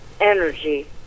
energy